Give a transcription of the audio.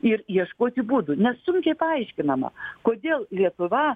ir ieškoti būdų nes sunkiai paaiškinama kodėl lietuva